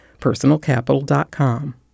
personalcapital.com